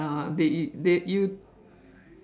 ya they they you